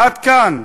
"עד כאן",